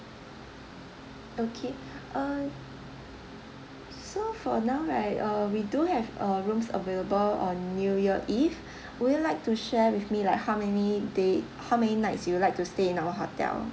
okay uh so for now right uh we do have uh rooms available on new year eve would you like to share with me like how many day how many nights you would like to stay in our hotel